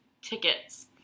tickets